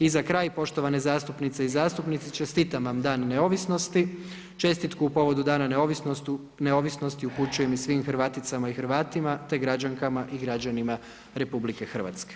I za kraj, poštovane zastupnice i zastupnici, čestitam vam Dan neovisnosti, čestitku povod Dana neovisnosti upućujem i svim Hrvaticama i Hrvatima te građankama i građanima RH.